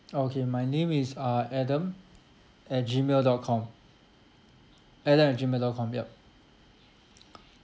okay my name is uh adam at gmail dot com adam at gmail dot com yup